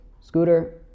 scooter